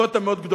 ולבנות דירות.